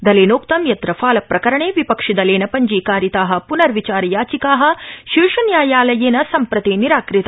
दलेनोक्तं यत् रफाल प्रकरणे विपक्षिदलेन पञ्जीकारिता पुनर्विचार याचिका शीर्षन्यायालयेन सम्प्रति निराकृता